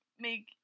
make